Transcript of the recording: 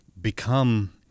become